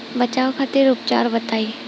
बचाव खातिर उपचार बताई?